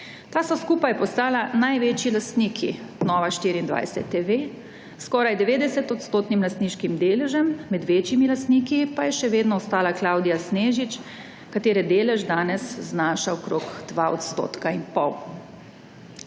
Ta so skupaj postala največji lastniki Nova24TV, s skoraj 90 % lastniškim deležem, med večjimi lastniki pa je še vedno ostala Klavdija Snežič, katere delež danes znaša okrog 2,5 %.